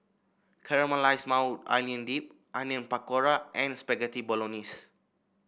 Caramelized Maui Onion Dip Onion Pakora and Spaghetti Bolognese